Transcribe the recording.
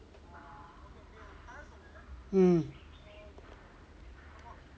mm